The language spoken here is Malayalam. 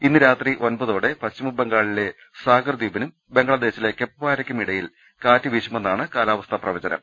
ഇന്ന് രാത്രി ഒൻപതോടെ പശ്ചിംബംഗാളിലെ സാഗർ ദ്വീപിനും ബംഗ്ലാദേശിലെ കെപ്വാരയ്ക്കും ഇടക്ക് കാറ്റുവീശുമെന്നാണ് കാലാവസ്ഥാ പ്രവചനം